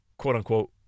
quote-unquote